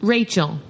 Rachel